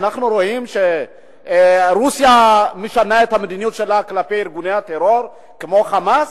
אנחנו רואים שרוסיה משנה את המדיניות שלה כלפי ארגוני טרור כמו "חמאס".